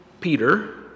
Peter